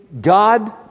God